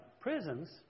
prisons